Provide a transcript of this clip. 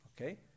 okay